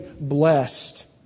blessed